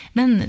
Men